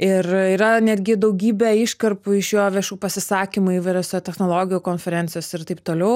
ir yra netgi daugybė iškarpų iš jo viešų pasisakymų įvairiose technologijų konferencijose ir taip toliau